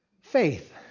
Faith